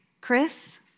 Chris